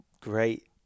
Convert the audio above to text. great